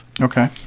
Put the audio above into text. Okay